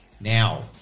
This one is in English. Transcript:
now